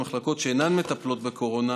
במחלקות שאינן מטפלות בקורונה